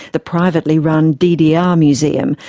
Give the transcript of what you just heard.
the privately run ddr museum,